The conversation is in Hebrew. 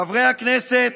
חברי הכנסת,